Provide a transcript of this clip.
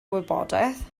wybodaeth